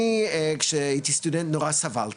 אני סטודנט למשפטים.